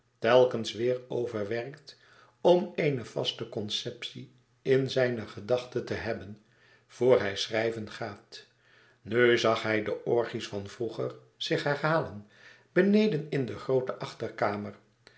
telkens weêr overwerkt om eene vaste conceptie in zijne gedachte te hebben voor hij schrijven gaat nu zag hij de orgies van vroeger zich herhalen beneden in de groote achterkamer